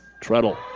Treadle